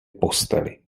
posteli